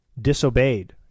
disobeyed